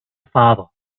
father